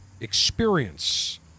experience